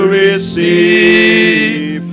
receive